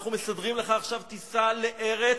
אנחנו מסדרים לך עכשיו טיסה לארץ,